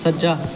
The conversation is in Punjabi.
ਸੱਜਾ